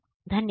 धन्यवाद